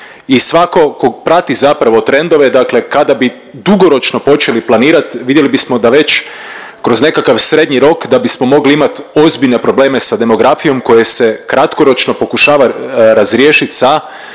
I svatko tko prati zapravo trendove, dakle kada bi dugoročno počeli planirati vidjeli bismo da već kroz nekakav srednji rok da bismo mogli imati ozbiljne probleme sa demografijom koje se kratkoročno pokušava razriješit sa